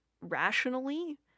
rationally